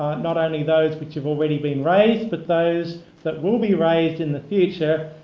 not only those which have already been raised but those that will be raised in the future.